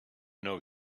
know